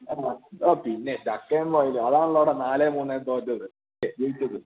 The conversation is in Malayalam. ഓ പിന്നെ ചക്കയും മുയലും അതാണല്ലോടാ നാല് മൂന്നിന് തോറ്റത് ഛേ ജയിച്ചത്